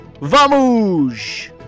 Vamos